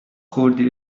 خوردی